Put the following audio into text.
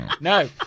No